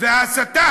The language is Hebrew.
וההסתה